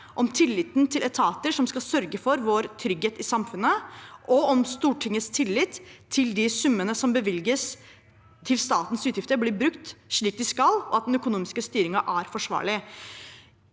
om tilliten til etater som skal sørge for vår trygghet i samfunnet, om Stortingets tillit til at de summene som bevilges til statens utgifter, blir brukt slik de skal, og at den økonomiske styringen er forsvarlig.